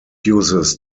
uses